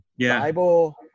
bible